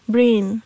Brain